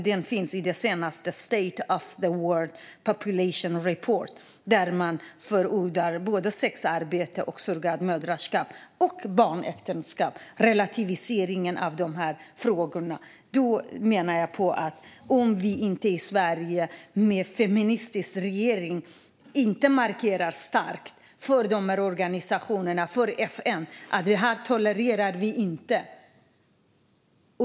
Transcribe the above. Den finns i den senaste State of World Population report, där man förordar sexarbete, surrogatmoderskap och barnäktenskap. Det är en relativisering av dessa frågor. Vi i Sverige med en feministisk regering måste markera starkt för dessa organisationer och för FN att vi inte tolererar detta.